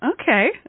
Okay